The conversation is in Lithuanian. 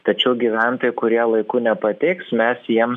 tačiau gyventojai kurie laiku nepateiks mes jiems